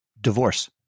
Divorce